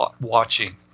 watching